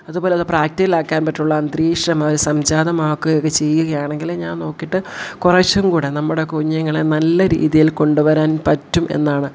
അതു പോലെയൊക്കെ പ്രാക്റ്റിക്കലാക്കാൻ പറ്റിയുള്ള അന്തരീക്ഷമത് സംജാതമാക്കുകയൊക്കെ ചെയ്യുകയാണെങ്കിൽ ഞാൻ നോക്കിയിട്ട് കുറച്ചും കൂടി നമ്മുടെ കുഞ്ഞുങ്ങളെ നല്ല രീതിയിൽ കൊണ്ടു വരാൻ പറ്റും എന്നാണ്